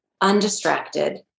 undistracted